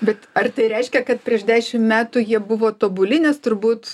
bet ar tai reiškia kad prieš dešim metų jie buvo tobuli nes turbūt